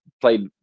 played